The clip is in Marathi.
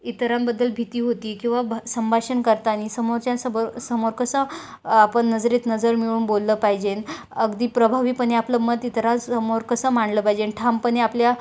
इतरांबद्दल भीती होती किंवा भ संभाषण करताना समोरच्या समोर समोर कसं आपण नजरेत नजर मिळवून बोललं पाहिजे अगदी प्रभावीपणे आपलं मत इतरासमोर कसं मांडलं पाहिजे ठामपणे आपल्या